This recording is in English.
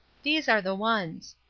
these are the ones,